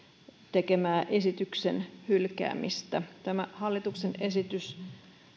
tekemää esityksen hylkäämistä tämä hallituksen esitys